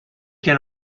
can